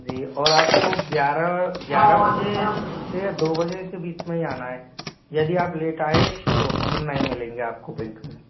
जी और आपको ग्यारह ग्यारह बजे से दो बजे के बीच में ही आना है यदि आप लेट आए तो हम नहीं मिलेंगे आपको बैंक में